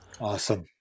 Awesome